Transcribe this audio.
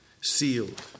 Sealed